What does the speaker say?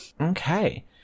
Okay